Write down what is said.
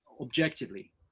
objectively